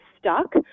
stuck